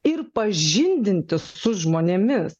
ir pažindintis su žmonėmis